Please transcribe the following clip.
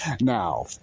Now